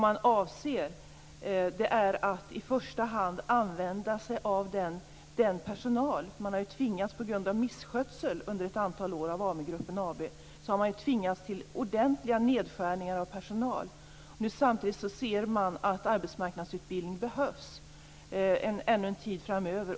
Man har ju på grund av misskötsel av AmuGruppen AB under ett antal år tvingats till ordentliga nedskärningar av personal. Nu ser man att arbetsmarknadsutbildning behövs ännu en tid framöver.